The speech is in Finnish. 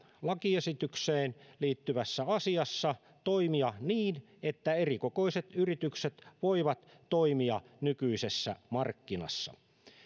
lakiesitykseen liittyvässä asiassa toimia niin että erikokoiset yritykset voivat toimia nykyisessä markkinassa